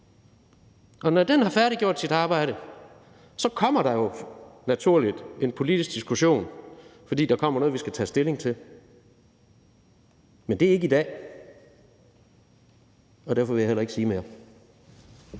og når den har færdiggjort sit arbejde, kommer der jo naturligt en politisk diskussion, fordi der kommer noget, vi skal tage stilling til. Men det er ikke i dag, og derfor vil jeg heller ikke sige mere.